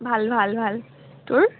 ভাল ভাল ভাল তোৰ